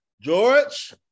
George